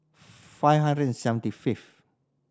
five hundred and seventy fifth